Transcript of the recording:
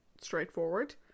straightforward